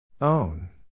Own